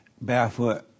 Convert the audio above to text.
barefoot